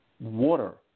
Water